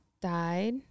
Died